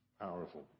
Powerful